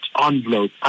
envelope